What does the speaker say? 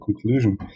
conclusion